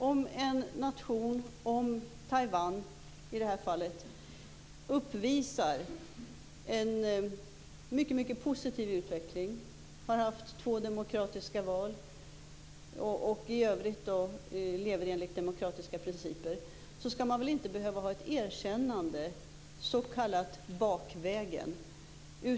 Om en nation, i det här fallet Taiwan, uppvisar en mycket positiv utveckling - man har haft två demokratiska val och lever i övrigt enligt demokratiska principer - skall det väl inte behövas ett erkännande, som det heter, bakvägen.